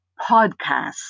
podcast